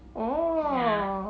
orh